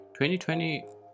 2020